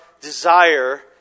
desire